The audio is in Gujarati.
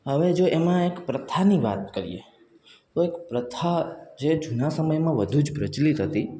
હવે જો એમાં એક પ્રથાની વાત કરીએ તો એક પ્રથા જે જૂના સમયમાં વધુ જ પ્રચલિત હતી